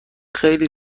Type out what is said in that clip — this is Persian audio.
خیلی